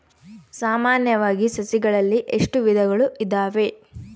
ಸಾಮಾನ್ಯವಾಗಿ ಸಸಿಗಳಲ್ಲಿ ಎಷ್ಟು ವಿಧಗಳು ಇದಾವೆ?